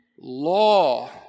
law